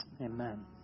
amen